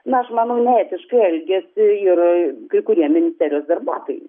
na aš manau neetiškai elgėsi ir kai kurie ministerijos darbuotojai